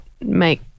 make